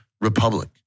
republic